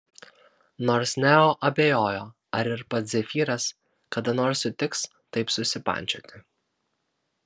nors neo abejojo ar ir pats zefyras kada nors sutiks taip susipančioti